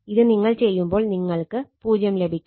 ഇത് നിങ്ങൾ ചെയ്യുമ്പോൾ നിങ്ങൾക്ക് 0 ലഭിക്കും